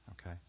okay